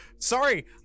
Sorry